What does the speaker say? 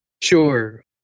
Sure